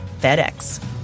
FedEx